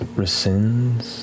rescinds